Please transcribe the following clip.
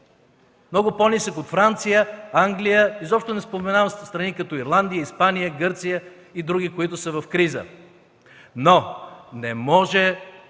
Много по-нисък от Франция, Англия – изобщо не споменавам страни, като Ирландия, Испания, Гърция и други, които са в криза. Но не може